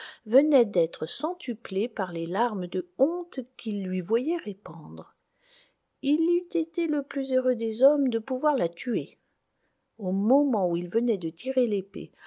venait d'être centuplée par les larmes de honte qu'il lui voyait répandre il eût été le plus heureux des hommes de pouvoir la tuer au moment où il venait de tirer l'épée